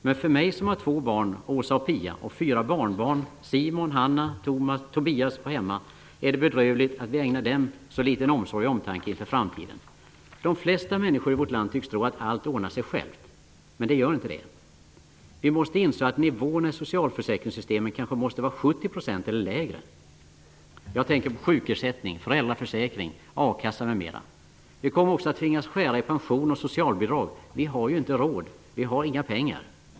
Men för mig som har två barn -- Åsa och Pia -- och fyra barnbarn -- Simon, Hanna, Tobias och Emma -- är det bedrövligt att vi ägnar dem så litet omsorg och omtanke inför framtiden. De flesta människor i vårt land tycks tro att allt ordnar sig självt. Men det gör inte det. Vi måste inse att nivåerna i socialförsäkringssystemem kanske måste vara 70 % eller lägre. Jag tänker på sjukersättning, föräldraförsäkring, a-kassa m.m. Vi kommer också att tvingas skära i pensioner och socialbidrag. Vi har ju inte råd. Vi har inga pengar.